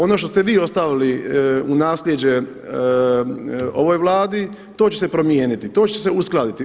Ono što ste vi ostavili u nasljeđe ovoj Vladi, to će se promijeniti, to će se uskladiti.